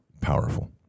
powerful